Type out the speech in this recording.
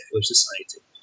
society